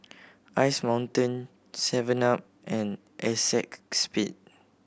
Ice Mountain seven up and Acexspade